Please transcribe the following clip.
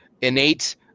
innate